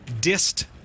dist